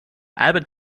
abbott